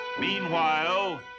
Meanwhile